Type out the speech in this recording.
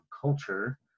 culture